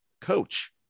coach